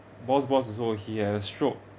boss boss also he had a stroke